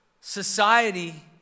Society